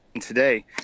today